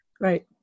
Right